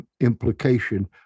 implication